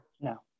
No